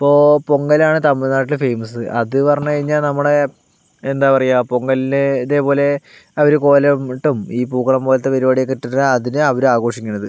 ഇപ്പോൾ പൊങ്കൽ ആണ് തമിഴ്നാട്ടിലെ ഫേമസ് അത് പറഞ്ഞു കഴിഞ്ഞാൽ നമ്മുടെ എന്താ പറയുക പൊങ്കലിന് ഇതേപോലെ അവരെ കോലം ഇട്ടും ഈ പൂക്കളം പോലത്തെ പരിപാടിയൊക്കെ ഇട്ടിട്ടാണ് അതിനെ അവർ ആഘോഷിക്കുന്നത്